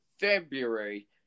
February